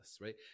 right